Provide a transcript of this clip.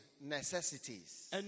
necessities